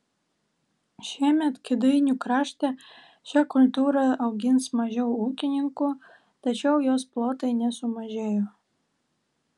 šiemet kėdainių krašte šią kultūrą augins mažiau ūkininkų tačiau jos plotai nesumažėjo